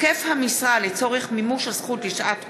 (היקף המשרה לצורך מימוש הזכות לשעת הורות),